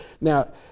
Now